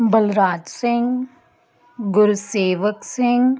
Balraj Singh Gursewak Singh